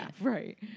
Right